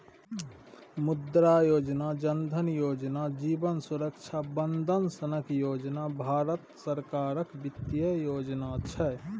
मुद्रा योजना, जन धन योजना, जीबन सुरक्षा बंदन सनक योजना भारत सरकारक बित्तीय योजना छै